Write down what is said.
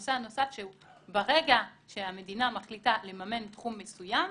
נושא נוסף שברגע שהמדינה מחליטה לממן תחום מסוים,